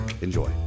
Enjoy